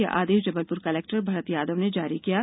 यह आदेश जबलपुर कलेक्टर भरत यादव ने जारी किया है